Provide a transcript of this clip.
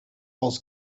was